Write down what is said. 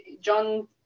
John